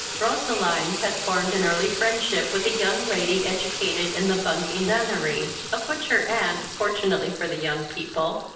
roseline had formed an early friendship with a young lady educated in the bungay nunnery, of which her aunt, fortunately for the young people,